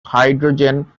hydrogen